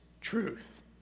truth